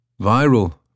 Viral